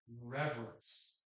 reverence